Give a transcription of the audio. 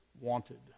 wanted